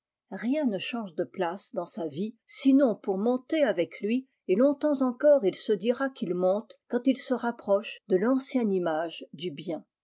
rien ne change de place dans sa vie sinon pour monter avec lui et longtemps encore il se dira qu'il monte quand il se rapproche de l'ancienne image du bien